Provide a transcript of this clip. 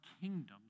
kingdoms